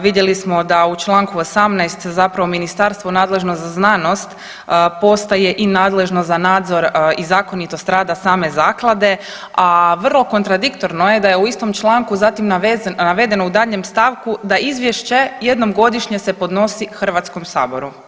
Vidjeli smo da u čl. 18.zparavo ministarstvo nadležno za znanost postaje i nadležno za nadzor i zakonitost rada same zaklade, a vrlo kontradiktorno je da u istom članku zatim navedeno u daljnjem stavku da izvješće jednom godišnje se podnosi HS-u.